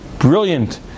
Brilliant